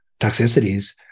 toxicities